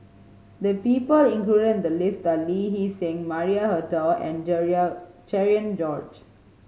the people include in the list are Lee Hee Seng Maria Hotel and Cherian George